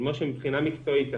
מבחינה מקצועית,